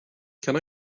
can